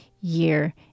year